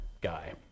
guy